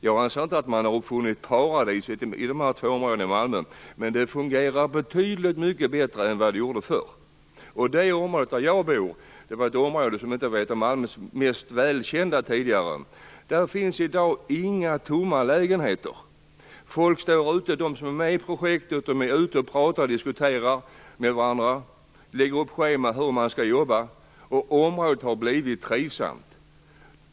Jag anser inte att man har uppfunnit ett paradis i de två områdena i Malmö, men det fungerar betydligt bättre än vad det gjorde tidigare. Det område där jag bor var inte ett av Malmös mest välkända områden tidigare. I dag finns det inte några tomma lägenheter där. Folk som är med i projektet pratar och diskuterar med varandra och lägger upp scheman för hur man skall jobba, och området har blivit trivsamt.